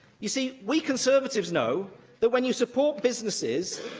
you see, we conservatives know that when you support businesses,